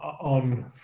on